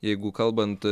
jeigu kalbant